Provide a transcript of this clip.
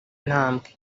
ntambwe